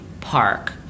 Park